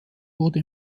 wurde